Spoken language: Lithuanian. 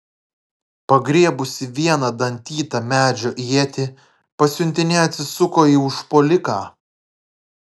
pagriebusi vieną dantytą medžio ietį pasiuntinė atsisuko į užpuoliką